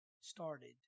started